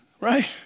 right